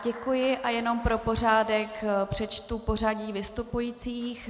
Děkuji a jenom pro pořádek přečtu pořadí vystupujících.